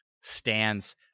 stands